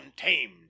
untamed